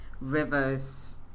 rivers